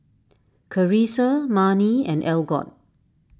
Charissa Marni and Algot